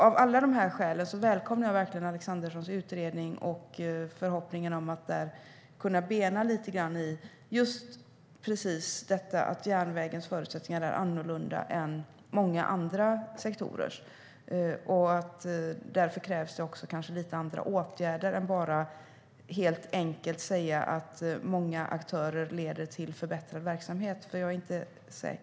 Av alla dessa skäl välkomnar jag Alexanderssons utredning och förhoppningen att kunna bena ut om järnvägens förutsättningar är annorlunda än många andra sektorers. Därför krävs lite andra åtgärder än att bara säga att många aktörer leder till förbättrad verksamhet.